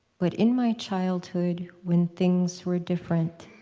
but in my childhood, when things were different,